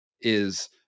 is-